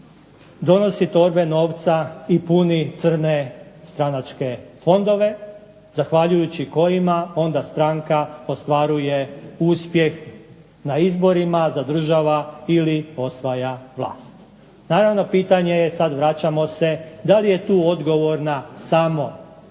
donosi torbe novca i puni crne stranačke fondove zahvaljujući kojima onda stranka ostvaruje uspjeh na izborima, a zadržava ili osvaja vlast. Naravno pitanje je, sad vraćamo se, da li je tu odgovorna samo odgovorna